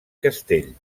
castell